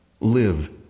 Live